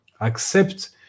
accept